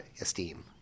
esteem